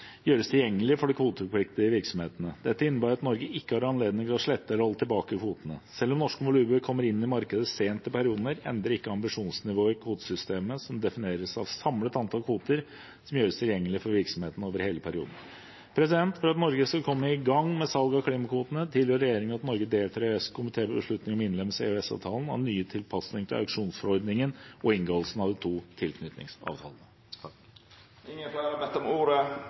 gjøres tilgjengelig for de kvotepliktige virksomhetene. Dette innebærer at Norge ikke har anledning til å slette eller holde tilbake kvotene. Selv om norske volumer kommer inn i markedet sent i perioden, endres ikke ambisjonsnivået i kvotesystemet, som defineres av samlet antall kvoter som gjøres tilgjengelig for virksomheten over hele perioden. For at Norge skal komme i gang med salget av klimakvotene, tilrår regjeringen at Norge deltar i EØS-komitébeslutningen om innlemmelse i EØS-avtalen av nye tilpasninger til auksjonsforordningen og inngåelsen av de to nye tilknytningsavtalene. Fleire har ikkje bedt om ordet